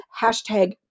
hashtag